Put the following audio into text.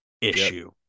issue